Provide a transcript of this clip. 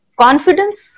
confidence